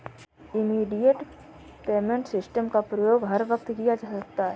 immediate payment system का प्रयोग हर वक्त किया जा सकता है